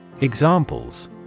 Examples